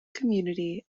community